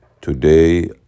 Today